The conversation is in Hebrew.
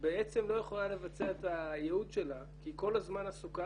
שבעצם לא יכולה לבצע את הייעוד שלה כי היא כל הזמן עסוקה